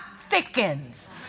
thickens